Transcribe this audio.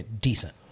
decent